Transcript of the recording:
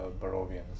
Barovians